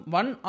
one